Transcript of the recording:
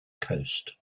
coast